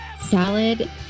salad